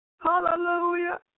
hallelujah